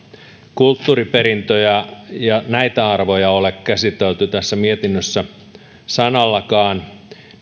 kulttuuriperintöä ja ja näitä arvoja ole käsitelty tässä mietinnössä sanallakaan